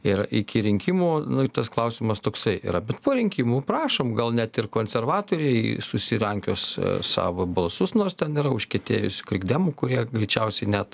ir iki rinkimų nu i tas klausimas toksai yra bet po rinkimų prašom gal net ir konservatoriai susirankios savo balsus nors ten yra užkietėjusių krikdemų kurie greičiausiai net